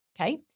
Okay